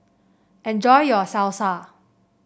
enjoy your Salsa